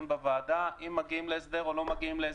בוועדה גם אם מגיעים להסדר וגם אם לא.